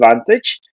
advantage